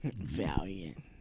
Valiant